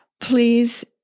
Please